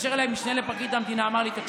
התקשר אליי המשנה לפרקליט המדינה ואמר לי: תקשיב,